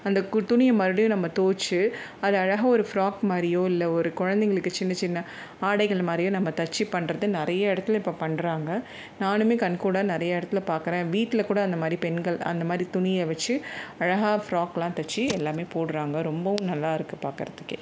அந்த கு துணியை மறுபடியும் நம்ம தோய்ச்சி அதை அழகா ஒரு ஃப்ராக் மாதிரியோ இல்லை ஒரு கொழந்தைங்களுக்கு சின்ன சின்ன ஆடைகள் மாதிரியோ நம்ம தச்சு பண்ணுறது நிறைய இடத்துல இப்போ பண்ணுறாங்க நானுமே கண்கூட நிறைய இடத்துல பார்க்குறேன் வீட்டில் கூட அந்த மாதிரி பெண்கள் அந்த மாதிரி துணியை வச்சு அழகா ஃப்ராக்லாம் தச்சு எல்லாமே போடுறாங்க ரொம்பவும் நல்லா இருக்குது பார்க்கிறதுக்கே